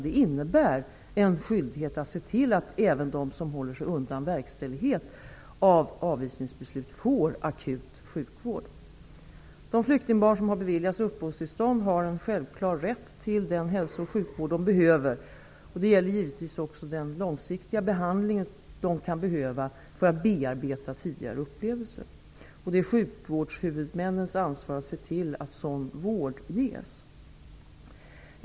Detta innebär en skyldighet att se till att även de som håller sig undan verkställighet av avvisningsbeslut får akut sjukvård. De flyktingbarn som har beviljats uppehållstillstånd har en självklar rätt till den hälso och sjukvård de behöver. Det gäller givetvis också den långsiktiga behandling de kan behöva för att bearbeta tidigare upplevelser. Det är sjukvårdshuvudmannens ansvar att se till att sådan vård ges.